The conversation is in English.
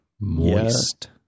Moist